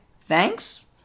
thanks